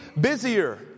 busier